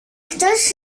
ktoś